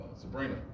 Sabrina